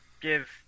give